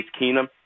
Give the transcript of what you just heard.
Keenum